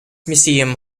museum